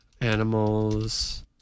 animals